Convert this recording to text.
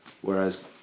Whereas